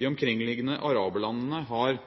De omkringliggende araberlandene har